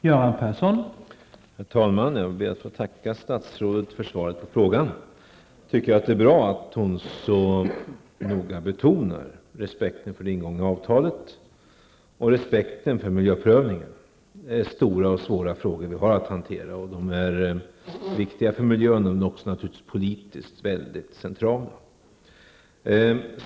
Herr talman! Jag tackar statsrådet för svaret på frågan. Jag tycker att det är bra att hon så noga betonar respekten för det ingångna avtalet och respekten för miljöprövningen. Det är stora och svåra frågor som vi har att hantera, och de är viktiga för miljön. De är naturligtvis också väldigt centrala politiskt.